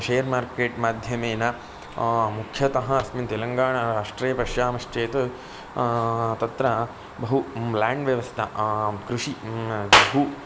share market माध्यमेन मुख्यतः अस्मिन् तेलङ्गाणाराष्ट्रे पश्यामश्चेत् तत्र बहु ल्यान्ड् व्यवस्था कृषि भु